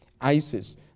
Isis